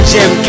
Jim